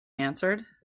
answered